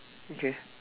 okay